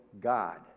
God